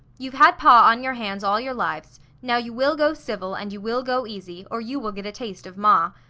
you've had pa on your hands all your lives, now you will go civil, and you will go easy, or you will get a taste of ma.